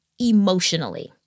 emotionally